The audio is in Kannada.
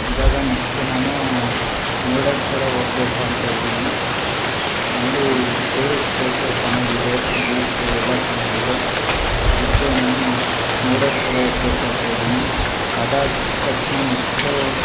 ಇವಾಗ ನೆಕ್ಶ್ಟು ನಾನು ಮುರುಡೇಶ್ವರ ಹೋಗ್ಬೇಕು ಅಂತ ಇದ್ದೀನಿ ಅಲ್ಲಿ ಟೂರಿಸ್ಟ್ ಪ್ಲೇಸು ಚೆನ್ನಾಗಿದೆ ಬೀಚು ಎಲ್ಲ ಚೆನ್ನಾಗಿದೆ ಅದಕ್ಕೆ ನಾನು ಮುರುಡೇಶ್ವರ ಹೋಗ್ಬೇಕು ಅಂತ ಇದ್ದೀನಿ ಅದಾದ ತಕ್ಷಣ ನೆಕ್ಸ್ಟು